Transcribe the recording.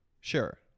Sure